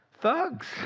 Thugs